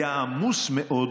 היה עמוס מאוד